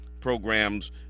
programs